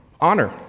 Honor